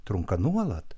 trunka nuolat